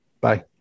bye